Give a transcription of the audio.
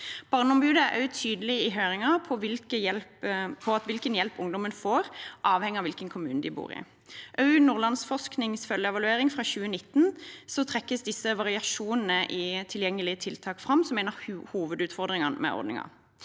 Barneombudet var i høringen tydelig på at hvilken hjelp ungdommen får, avhenger av hvilken kommune de bor i. Også i Nordlandsforsknings følgeevaluering fra 2019 trekkes disse variasjonene i tilgjengelige tiltak fram som en av hovedutfordringene med ordningen.